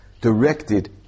directed